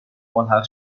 ملحق